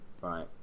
right